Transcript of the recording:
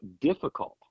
difficult